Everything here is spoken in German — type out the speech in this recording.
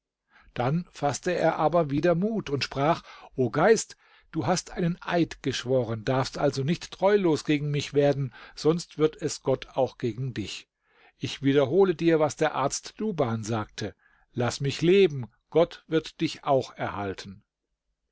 dann faßte er aber wieder mut und sprach o geist du hast einen eid geschworen darfst also nicht treulos gegen mich werden sonst wird es gott auch gegen dich ich wiederhole dir was der arzt duban sagte laß mich leben gott wird dich auch erhalten